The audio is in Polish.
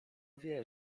wie